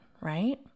right